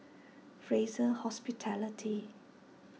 Fraser Hospitality